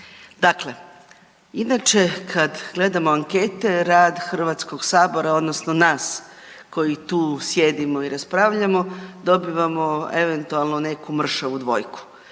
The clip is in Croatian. Dakle, inače kad gledamo ankete, rad HS-a odnosno nas koji tu sjedimo i raspravljamo, dobivamo eventualno neku mršavu dvojku,